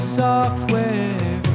software